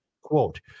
Quote